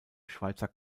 schweizer